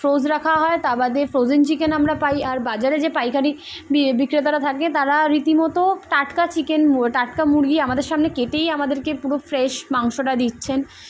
froze রাখা হয় তা বাদে ফ্রোজেন চিকেন আমরা পাই আর বাজারে যে পাইখারি বিক্রেতার থাকে তারা রীতিমতো টাটকা চিকেন টাটকা মুরগি আমাদের সামনে কেটেই আমাদেরকে পুরো ফ্রেশ মাংসটা দিচ্ছেন